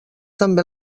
també